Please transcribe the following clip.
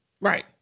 Right